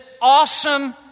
awesome